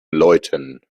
läuten